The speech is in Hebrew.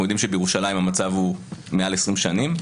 אנחנו יודעים שבירושלים המצב הוא מעל 20 שנים,